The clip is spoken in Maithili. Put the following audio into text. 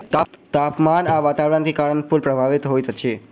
तापमान आ वातावरण के कारण फूल प्रभावित होइत अछि